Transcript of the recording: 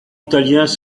italiens